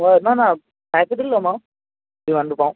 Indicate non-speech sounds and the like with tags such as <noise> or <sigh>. <unintelligible>